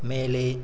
மேலே